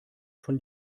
von